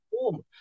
home